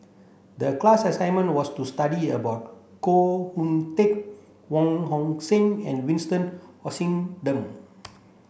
the class assignment was to study about Koh Hoon Teck Wong Hong Suen and Vincent Hoisington